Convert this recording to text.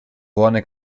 buone